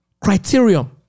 criterion